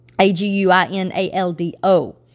A-G-U-I-N-A-L-D-O